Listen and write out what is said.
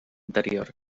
interior